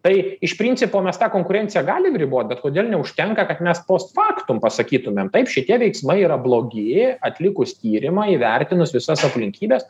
tai iš principo mes tą konkurenciją galim ribot bet kodėl neužtenka kad mes post faktum pasakytumėm taip šitie veiksmai yra blogi atlikus tyrimą įvertinus visas aplinkybes